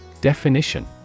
Definition